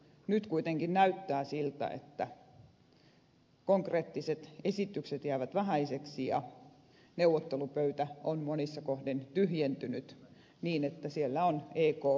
nyt kuitenkin näyttää siltä että konkreettiset esitykset jäävät vähäisiksi ja neuvottelupöytä on monissa kohdin tyhjentynyt niin että siellä ovat ek ja hallitus kahdestaan